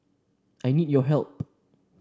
I need your help